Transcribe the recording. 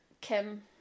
Kim